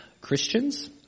Christians